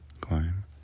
climb